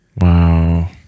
Wow